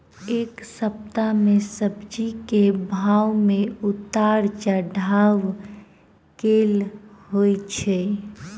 एक सप्ताह मे सब्जी केँ भाव मे उतार चढ़ाब केल होइ छै?